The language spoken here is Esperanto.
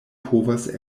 povas